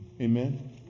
Amen